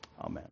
Amen